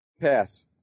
Pass